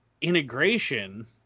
integration